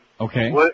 Okay